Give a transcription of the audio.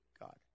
God